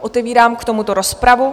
Otevírám k tomuto rozpravu.